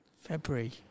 February